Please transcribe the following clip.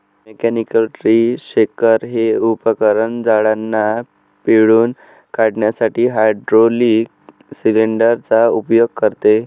mechanical tree shaker हे उपकरण झाडांना पिळून काढण्यासाठी हायड्रोलिक सिलेंडर चा उपयोग करते